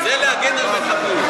נא לצאת מהאולם.